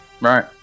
Right